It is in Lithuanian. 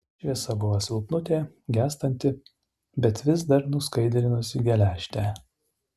šviesa buvo silpnutė gęstanti bet vis dar nuskaidrinusi geležtę